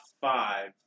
five